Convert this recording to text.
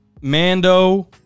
Mando